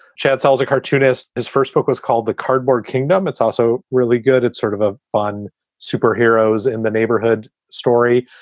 chad tells a cartoonist his first book was called the cardboard kingdom. it's also really good. it's sort of a fun superheroes in the neighborhood story,